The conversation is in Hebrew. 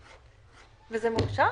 זה מאושר?